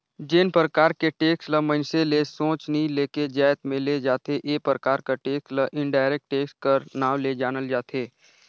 जेन परकार के टेक्स ल मइनसे ले सोझ नी लेके जाएत में ले जाथे ए परकार कर टेक्स ल इनडायरेक्ट टेक्स कर नांव ले जानल जाथे